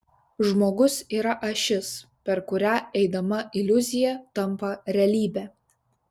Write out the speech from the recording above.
žmogus yra ašis per kurią eidama iliuzija tampa realybe